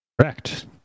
correct